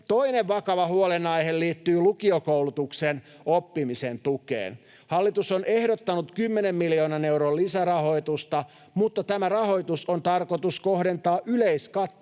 Toinen vakava huolenaihe liittyy lukiokoulutuksen oppimisen tukeen. Hallitus on ehdottanut 10 miljoonan euron lisärahoitusta, mutta tämä rahoitus on tarkoitus kohdentaa yleiskatteelliseen